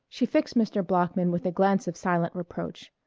she fixed mr. bloeckman with a glance of silent reproach.